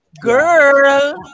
girl